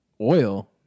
oil